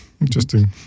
interesting